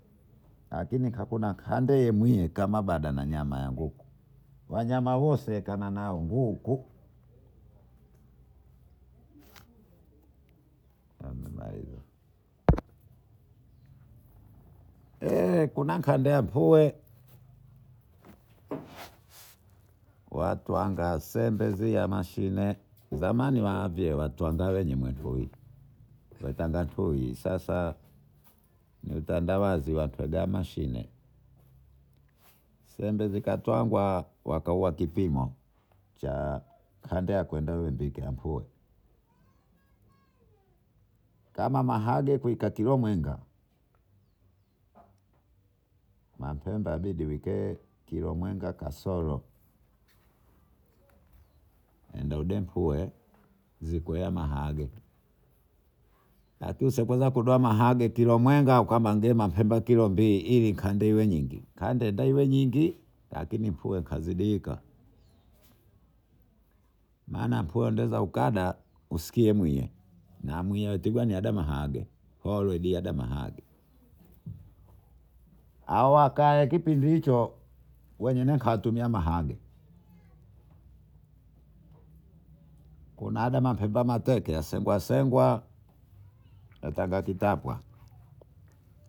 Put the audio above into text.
kini kunakandemuheya kabada kanyama ya nguku wanyama wose kananao nguku na nimemaliza kuna ngande ya pue watwangasembezie mashine zamani wambiewatwanga wenyew watuwi watwanga tui ni utandawazi watwaga machine sembe zikatwaga wakauwa kipimo cha kandeakwendea mbwikapue kama maharagwe kakilomwengamapemba kimwige kilo kasorokaudepue zikweha mahage nyakuse kudoa mahage kulohenga kilo mbili ilikande iwe nyingi kande iwe nyingi lakini pue kazidika maana pue weza ukada usikie muye namuye tiwadawahajeolodimahage awakaekipindihicho wenyenekatumiwahage kunaadapepewamàsegwasengwa tepatwitapwa